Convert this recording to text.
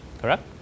correct